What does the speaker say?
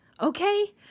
Okay